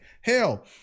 Hell